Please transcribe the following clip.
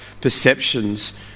perceptions